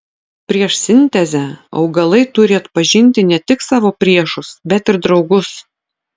prieš sintezę augalai turi atpažinti ne tik savo priešus bet ir draugus